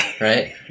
right